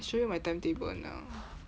I show you my timetable now